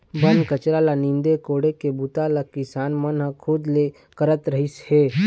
बन कचरा ल नींदे कोड़े के बूता ल किसान मन खुद ले करत रिहिस हे